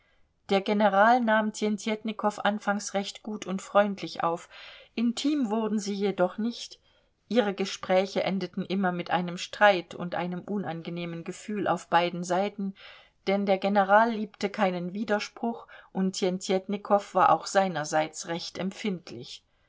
der general nahm tjentjetnikow anfangs recht gut und freundlich auf intim wurden sie jedoch nicht ihre gespräche endeten immer mit einem streit und einem unangenehmen gefühl auf beiden seiten denn der general liebte keinen widerspruch und tjentjetnikow war auch seinerseits recht empfindlich